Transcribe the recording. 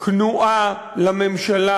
כנועה לממשלה,